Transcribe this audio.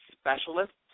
specialists